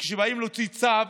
כשבאים להוציא צו,